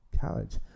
College